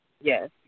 Yes